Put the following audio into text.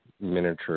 miniature